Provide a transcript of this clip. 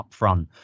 upfront